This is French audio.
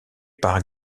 par